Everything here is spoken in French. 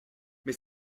mais